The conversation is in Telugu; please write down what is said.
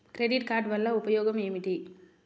క్రెడిట్ కార్డ్ వల్ల ఉపయోగం ఏమిటీ?